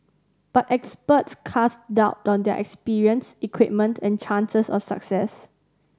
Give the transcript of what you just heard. but experts cast doubt on their expertise equipment and chances of success